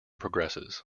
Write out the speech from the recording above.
progresses